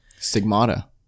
Stigmata